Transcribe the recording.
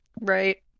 Right